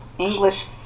English